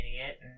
idiot